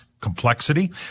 complexity